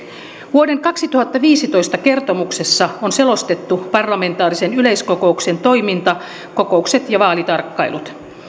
vuoden kaksituhattaviisitoista kertomuksessa on selostettu parlamentaarisen yleiskokouksen toiminta kokoukset ja vaalitarkkailut